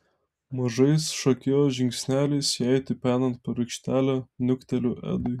mažais šokėjos žingsneliais jai tipenant per aikštelę niukteliu edui